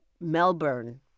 Melbourne